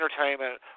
entertainment